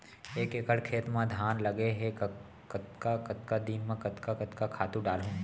एक एकड़ खेत म धान लगे हे कतका कतका दिन म कतका कतका खातू डालहुँ?